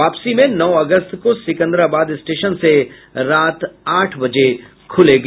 वापसी में नौ अगस्त को सिकंदराबाद स्टेशन से रात आठ बजे खुलेगी